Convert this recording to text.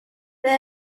they